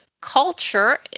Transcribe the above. Culture